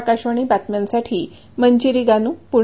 आकाशवाणी बातम्यांसाठी मंजिरी गानू पुणे